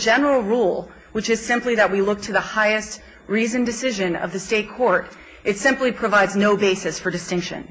general rule which is simply that we look to the highest reasoned decision of the state court it simply provides no basis for distinction